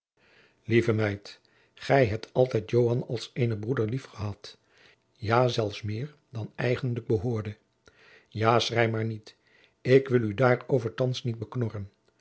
lieve meid ik weet gij hebt altijd joan als eenen broeder lief gehad ja zelfs meer dan eigenlijk behoorde ja schrei maar niet ik wil u daarover thands niet beknorren